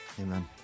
Amen